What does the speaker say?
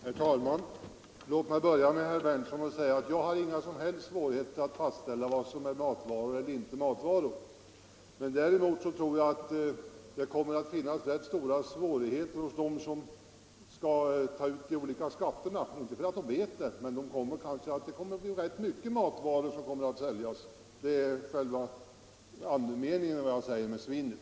Herr talman! Låt mig börja med herr Berndtson och säga att jag har inga som helst svårigheter att fastställa vad som är matvaror eller inte matvaror. Däremot tror jag att det kommer att uppstå rätt stora svårigheter för dem som skall ta ut de olika skatterna, inte därför att de inte vet skillnaden, utan därför att det kommer att säljas mycket annat som matvaror. Det är andemeningen i vad jag sagt om svinn.